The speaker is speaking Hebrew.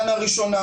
מנה ראשונה,